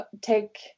take